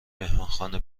مهمانخانه